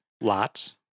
lots